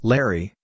Larry